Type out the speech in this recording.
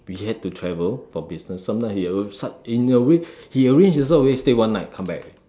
we had to travel for business sometimes he also such in a way he arrange also always stay one night come back already